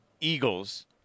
Eagles